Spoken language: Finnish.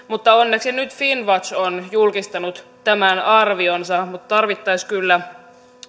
mutta onneksi nyt finnwatch on julkistanut tämän arvionsa mutta tarvittaisiin kyllä